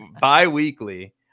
bi-weekly